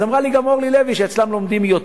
אז אמרה לי גם אורלי לוי שאצלם לומדים יותר.